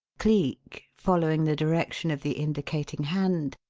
cleek, following the direction of the indicating hand,